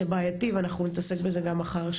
זה בעייתי ואנחנו נתעסק בזה גם מחר,